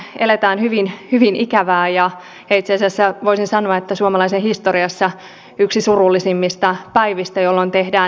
tänään eletään hyvin ikävää ja itse asiassa voisin sanoa suomalaisessa historiassa yhtä surullisimmista päivistä jolloin tehdään